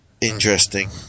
interesting